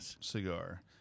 cigar